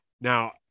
now